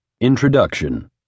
Introduction